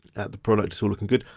at the products, all looking good.